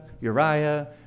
Uriah